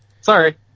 Sorry